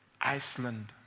Iceland